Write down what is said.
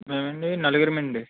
మేమండి నలుగురమండి